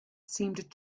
seemed